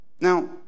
Now